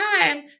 time